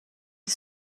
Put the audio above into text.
der